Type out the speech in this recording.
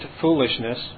foolishness